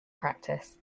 practice